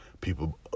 people